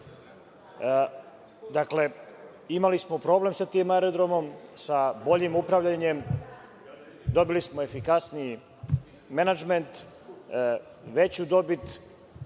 veća. Dakle, imali smo problem sa tim aerodromom, sa boljim upravljanjem. Dobili smo efikasniji menadžment, veću dobit